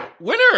Winner